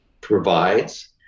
provides